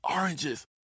oranges